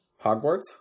Hogwarts